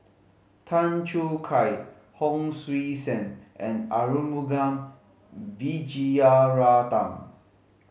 Tan Choo Kai Hon Sui Sen and Arumugam Vijiaratnam